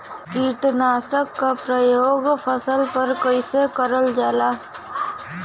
कीटनाशक क प्रयोग फसल पर कइसे करल जाला?